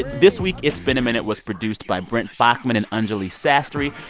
this week, it's been a minute was produced by brent baughman and anjuli sastry.